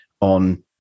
on